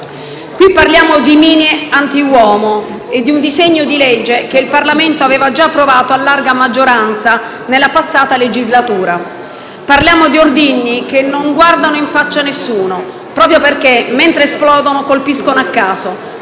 Qui parliamo di mine antiuomo e di un disegno di legge che il Parlamento aveva già approvato a larga maggioranza nella passata legislatura. Parliamo di ordigni che non guardano in faccia nessuno, proprio perché mentre esplodono colpiscono a caso,